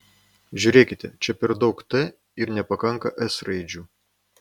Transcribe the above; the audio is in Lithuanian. žiūrėkite čia per daug t ir nepakanka s raidžių